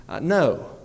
no